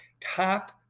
top